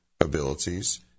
abilities